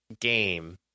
game